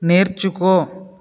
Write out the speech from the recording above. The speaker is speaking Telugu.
నేర్చుకో